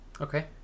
Okay